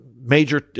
major